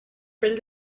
pell